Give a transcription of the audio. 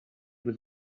with